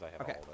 Okay